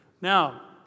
Now